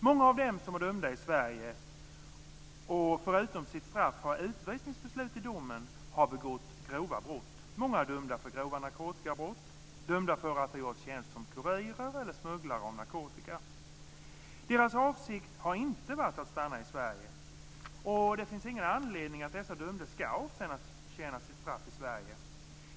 Många av dem som är dömda i Sverige och som förutom sitt straff har utvisningsbeslut i domen har begått grova brott. Många är dömda för grova narkotikabrott, dömda för att gjort tjänst som kurirer eller smugglare av narkotika. Deras avsikt har inte varit att stanna i Sverige. Det finns ingen anledning att dessa dömda ska avtjäna sitt straff i Sverige.